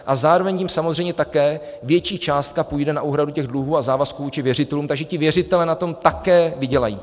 A zároveň tím samozřejmě také větší částka půjde na úhradu těch dluhů a závazků vůči věřitelům, takže věřitelé na tom také vydělají.